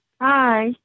Hi